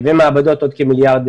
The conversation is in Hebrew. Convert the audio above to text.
מעבדות עוד כ-1.2 מיליארד,